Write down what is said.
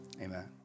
amen